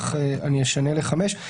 אשנה ל"חמש שנים".